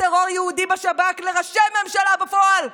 טרור יהודי בשב"כ לראשי ממשלה בפועל,